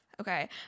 Okay